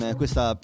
questa